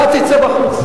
אתה תצא בחוץ.